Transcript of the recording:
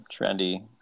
trendy